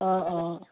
অঁ অঁ